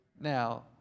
Now